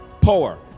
power